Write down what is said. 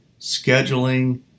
scheduling